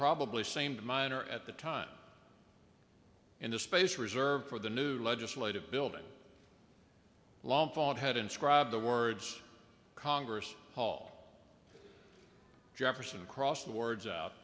probably seemed minor at the time in the space reserved for the new legislative building long followed had inscribed the words congress hall jefferson crosswords out